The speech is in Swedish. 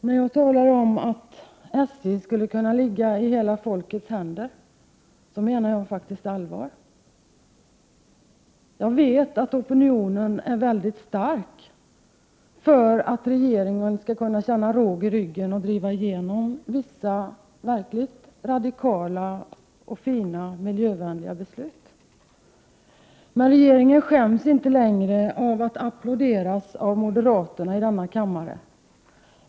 När jag talar om att SJ skulle kunna ligga i hela folkets händer, menar jag faktiskt allvar. Jag vet att det finns en mycket stark opion för detta och att regeringen skulle kunna känna råg i ryggen och driva igenom vissa verkligt radikala, bra och miljövänliga beslut. Men regeringen skäms inte längre över att applåderas av moderaterna i denna kammare.